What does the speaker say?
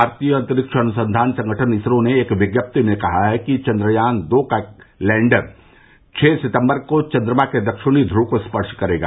भारतीय अंतरिक्ष अनुसंधान संगठन इसरो ने एक विज्ञप्ति में कहा है कि चंद्रयान दो का लैंडर छः सितम्बर को चंद्रमा के दक्षिणी ध्रव को स्पर्श करेगा